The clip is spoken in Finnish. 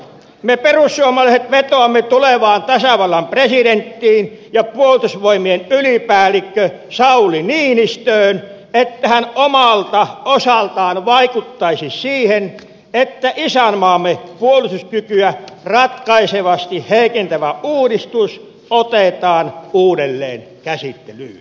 me perussuomalaiset vetoamme tulevaan tasavallan presidenttiin ja puolustusvoimien ylipäällikköön sauli niinistöön että hän omalta osaltaan vaikuttaisi siihen että isänmaamme puolustuskykyä ratkaisevasti heikentävä uudistus otetaan uudelleen käsittelyyn